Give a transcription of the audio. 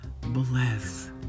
bless